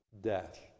death